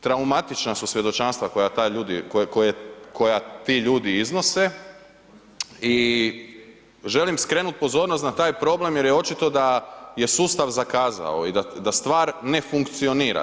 Traumatična su svjedočanstva koja ti ljudi iznose i želim skrenuti pozornost na taj problem jer je očito da je sustav zakazao i da stvar ne funkcionira.